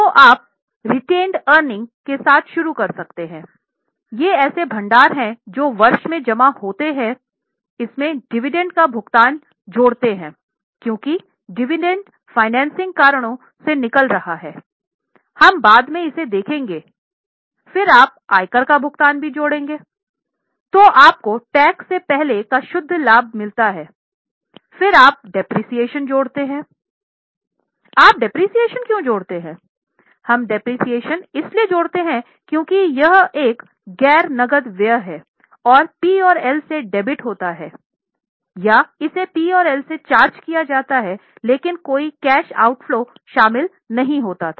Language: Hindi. तो आप रेटेनेड एअर्निंग्सइसलिये जोड़ते हैं क्योंकि यह एक गैर नकद व्यय है यह P और Lसे डेबिट होता है या इसे P और L से चार्ज किया जाता है लेकिन कोई कैश आउट फलो शामिल नहीं होता था